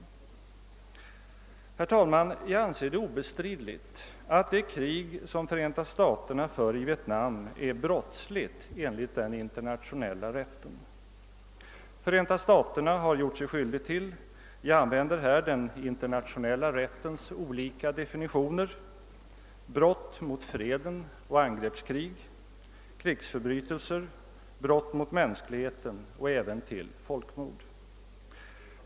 Jag anser det obestridligt att det krig som Förenta staterna för i Vietnam är brottsligt enligt den internationella rätten. Förenta staterna har gjort sig skyldigt till — jag använder här den internationella rättens olika definitioner — brott mot freden och angreppskrig, krigsförbrytelser, brott mot mänskligheten och även till folkmord.